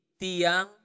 tiang